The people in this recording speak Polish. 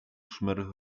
szmer